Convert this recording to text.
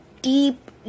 deep